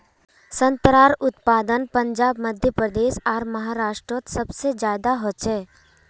संत्रार उत्पादन पंजाब मध्य प्रदेश आर महाराष्टरोत सबसे ज्यादा होचे